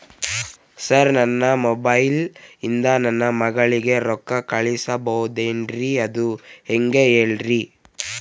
sir ನನ್ನ mobile ಇಂದ ನನ್ನ ಮಗಳಿಗೆ ರೊಕ್ಕಾ ಕಳಿಸಬಹುದೇನ್ರಿ ಅದು ಹೆಂಗ್ ಹೇಳ್ರಿ